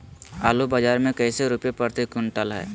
आलू बाजार मे कैसे रुपए प्रति क्विंटल है?